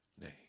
name